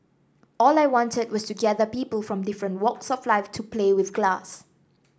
all I wanted was to gather people from different walks of life to play with glass